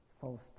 false